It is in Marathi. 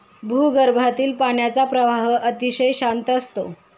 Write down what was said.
भूगर्भातील पाण्याचा प्रवाह अतिशय शांत असतो